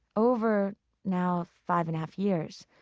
over now five and a half years,